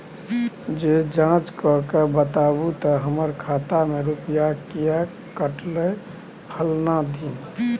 ज जॉंच कअ के बताबू त हमर खाता से रुपिया किये कटले फलना दिन?